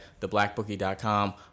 theblackbookie.com